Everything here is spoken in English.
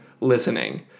listening